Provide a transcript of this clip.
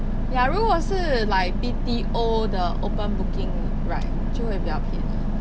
ya 如果是 like B_T_O 的 open booking right 就会比较便宜